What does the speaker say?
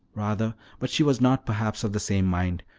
rather but she was not perhaps of the same mind,